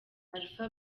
alpha